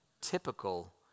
typical